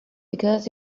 because